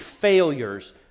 failures